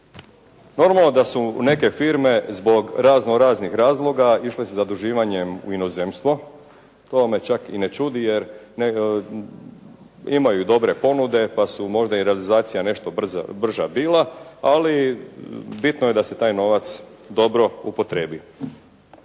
Normalno da su neke firme zbog raznoraznih razloga išle sa zaduživanjem u inozemstvo, to me čak i ne čudi, imaju dobre ponude pa je možda i realizacija nešto brža bila, ali bitno je da se taj novac dobro upotrijebi.